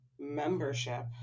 membership